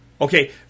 Okay